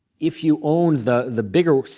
if you own the the bigger,